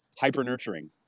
hyper-nurturing